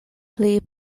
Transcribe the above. pli